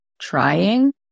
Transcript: trying